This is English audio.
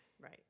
Right